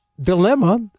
dilemma